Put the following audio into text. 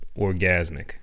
Orgasmic